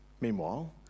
meanwhile